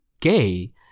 gay